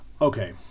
okay